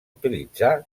utilitzar